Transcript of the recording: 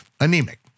anemic